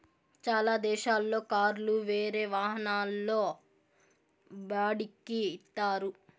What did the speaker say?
చాలా దేశాల్లో కార్లు వేరే వాహనాల్లో బాడిక్కి ఇత్తారు